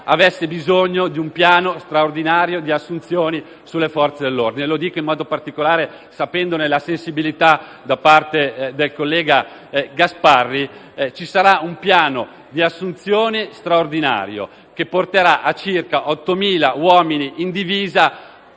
avesse bisogno di un piano straordinario di assunzioni delle Forze dell'ordine. Lo dico in modo particolare - conoscendone la sensibilità - al collega Gasparri: ci sarà un piano di assunzione straordinario che porterà ad assumere circa 8.000 uomini in divisa